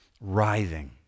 writhing